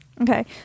okay